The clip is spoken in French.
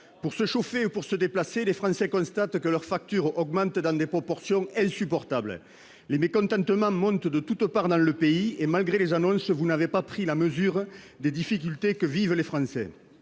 de se chauffer ou de se déplacer, les Français constatent que leurs factures augmentent dans des proportions insupportables. Les mécontentements montent de toutes parts dans le pays et, malgré les annonces, vous n'avez pas pris la mesure des difficultés que vivent nos